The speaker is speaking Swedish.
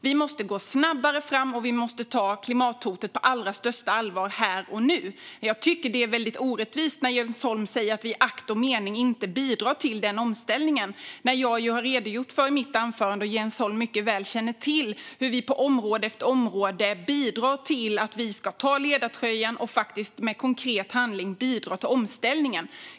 Vi måste gå snabbare fram, och vi måste ta klimathotet på allra största allvar här och nu. Men jag tycker att det är orättvist av Jens Holm att säga att vi inte agerar i akt och mening att bidra till omställningen när jag i mitt anförande har redogjort för, och Jens Holm mycket väl känner till, hur vi på område efter område bidrar till att Sverige ska ta ledartröjan och med konkret handling bidra till omställningen.